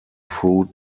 fruit